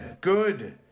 Good